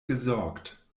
gesorgt